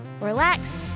relax